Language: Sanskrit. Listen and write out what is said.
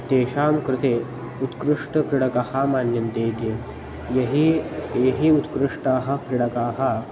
तेषां कृते उत्कृष्टक्रीडकः मन्यन्ते इति यः हि ते हि उत्कृष्टाः क्रीडकाः